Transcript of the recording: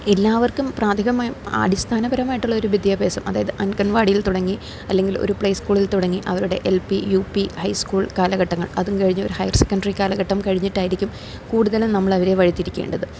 എല്ലാവർക്കും അടിസ്ഥാനപരമായിട്ടുള്ള ഒരു വിദ്യാഭ്യാസം അതായത് അംഗന്വാടിയിൽ തുടങ്ങി അല്ലെങ്കിൽ ഒരു പ്ലേ സ്കൂളിൽ തുടങ്ങി അവരുടെ L P U P high school കാലഘട്ടങ്ങൾ അതും കഴിഞ്ഞ് ഒരു ഹയർ സെക്കൻഡറി കാലഘട്ടം കഴിഞ്ഞിട്ടായിരിക്കും കൂടുതലും നമ്മളവരെ വഴിതിരിക്കേണ്ടത്